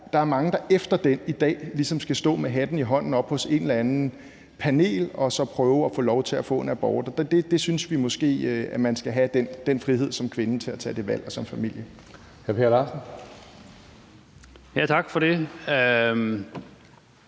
er der mange, der i dag ligesom skal stå med hatten i hånden oppe hos et eller andet panel og så prøve at få lov til at få en abort. Vi synes måske, at man skal have den frihed som kvinde og som familie til at tage det